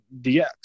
DX